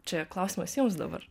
čia klausimas jums dabar